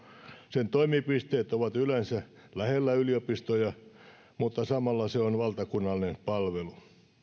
sen toimipisteet ovat yleensä lähellä yliopistoja mutta samalla se on valtakunnallinen palvelu